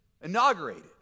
inaugurated